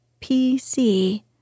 PC